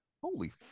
Holy